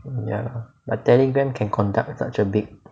ya lah but Telegram can conduct such a big